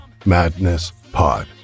MadnessPod